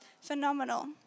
phenomenal